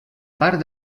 part